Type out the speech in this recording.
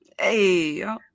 Hey